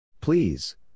Please